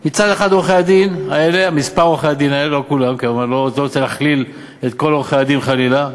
מצד אחד עורכי-הדין האלה, כמה עורכי-דין כאלה,